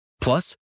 Plus